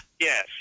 Yes